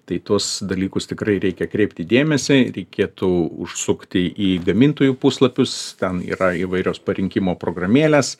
tai į tuos dalykus tikrai reikia kreipti dėmesį reikėtų užsukti į gamintojų puslapius tam yra įvairios parinkimo programėlės